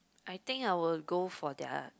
I think I will go for their